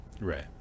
Right